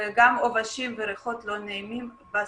גם עובשים וריחות לא נעימים בסביבה.